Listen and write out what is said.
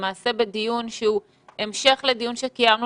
אנחנו למעשה בדיון שהוא המשך לדיון שקיימנו